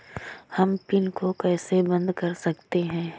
हम पिन को कैसे बंद कर सकते हैं?